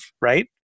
right